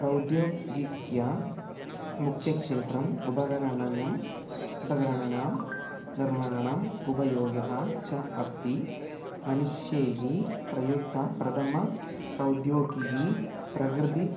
प्रौद्योगिकं मुख्यक्षेत्रम् उपनगरम् उपनगराणां निर्माणम् उपयोग्यः च अस्ति मनुष्यैः प्रयुक्तं प्रथमा प्रौद्योगिकी प्रकृतिः